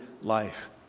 life